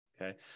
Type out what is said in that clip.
Okay